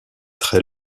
très